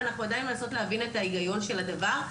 ואנחנו עדיין מנסות להבין את ההיגיון של הדבר,